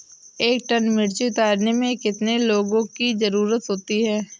एक टन मिर्ची उतारने में कितने लोगों की ज़रुरत होती है?